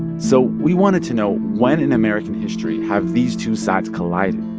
so we wanted to know, when in american history have these two sides collided?